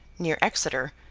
near exeter,